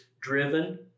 driven